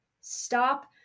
Stop